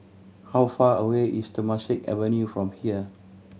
how far away is Temasek Avenue from here